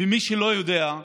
למי שלא יודע,